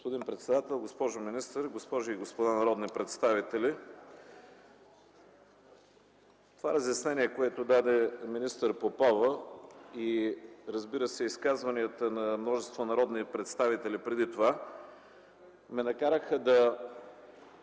Господин председател, госпожо министър, госпожи и господа народни представители! Това разяснение, което даде министър Попова и, разбира се, изказванията на множество народни представители преди това ме накараха да